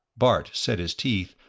bart set his teeth,